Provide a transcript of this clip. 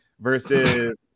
versus